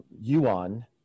Yuan